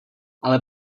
ale